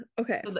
okay